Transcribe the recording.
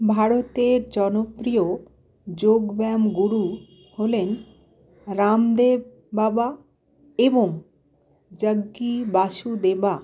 ভারতের জনপ্রিয় যোগব্যায়াম গুরু হলেন রামদেব বাবা এবং জগ্গি বাসুদেবা